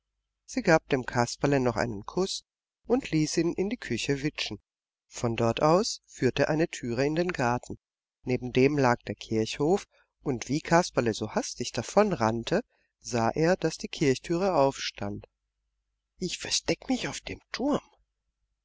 sie gab dem kasperle noch einen kuß und ließ ihn in die küche witschen von dort aus führte eine türe in den garten neben dem lag der kirchhof und wie kasperle so hastig davonrannte sah er daß die kirchtüre aufstand ich verstecke mich auf dem turm